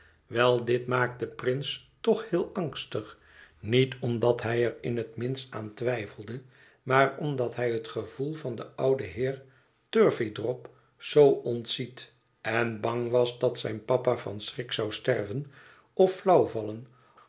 wel dit maakte prince toch heel angstig niet omdat hij er in het minst aan twijfelde maar omdat hij het gevoel van den ouden heer turveydrop zoo ontziet en bang was dat zijn papa van schrik zou sterven of